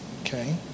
okay